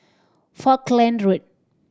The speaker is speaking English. Falkland Road